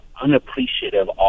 unappreciative